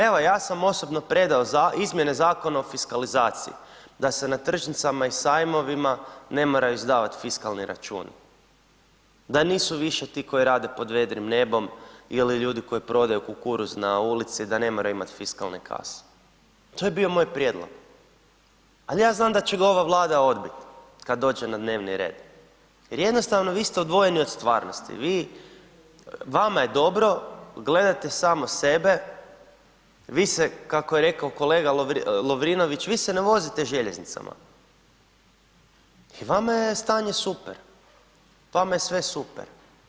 Evo ja sam osobno predao izmjene Zakona o fiskalizaciji da se na tržnicama i sajmovima ne moraju izdavati fiskalni računi, a nisu više ti koji rade pod vedrim nebom ili ljudi koji prodaju kukuruz na ulici da ne moraju imati fiskalne kase, to je bio moj prijedlog, ali ja znam da će ga ova Vlada odbit kad dođe na dnevni red, jer jednostavno vi ste odvojeni od stvarnosti, vi, vama je dobro gledate samo sebe, vi se kako je rekao kolega Lovrinović, vi se ne vozite željeznicama i vama je stanje super, vama je sve super.